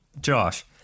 Josh